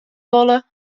wolle